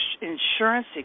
insurance